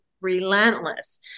relentless